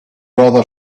rather